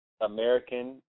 American